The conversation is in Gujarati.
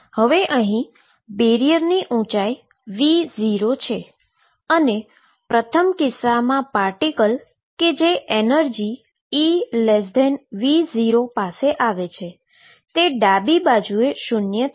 હવે અહીં બેરીઅરની ઉંચાઈ V0 છે અને પ્રથમ કિસ્સામાં પાર્ટીકલ કે જે એનર્જીEV0 પાસે આવે છે તે ડાબી બાજુ એ શુન્ય થશે